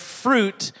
fruit